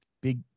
big